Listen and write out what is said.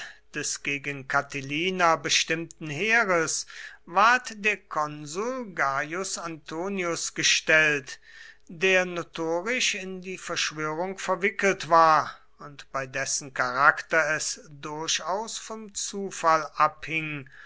des gegen catilina gestimmten heeres ward der konsul gaius antonius gestellt der notorisch in die verschwörung verwickelt war und bei dessen charakter es durchaus vom zufall abhing